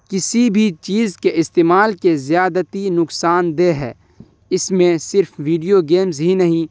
کسی بھی چیز کے استعمال کے زیادتی نقصان دہ ہے اس میں صرف ویڈیو گیمس ہی نہیں